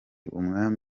umwami